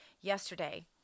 yesterday